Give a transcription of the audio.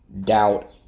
doubt